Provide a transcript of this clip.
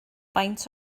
faint